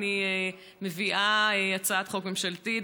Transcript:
אני מביאה הצעת חוק ממשלתית.